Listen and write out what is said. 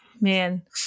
man